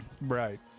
Right